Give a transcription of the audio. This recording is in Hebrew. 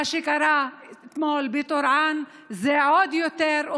מה שקרה אתמול בטורעאן, זה אומר די עוד יותר.